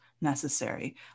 necessary